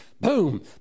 boom